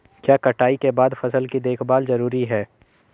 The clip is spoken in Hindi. क्या कटाई के बाद फसल की देखभाल जरूरी है?